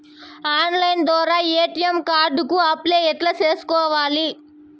Online ద్వారా ATM card కు apply ఎట్లా సేసుకోవాలి?